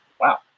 Wow